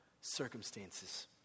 circumstances